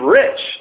rich